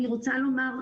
אני רוצה לומר,